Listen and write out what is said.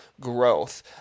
growth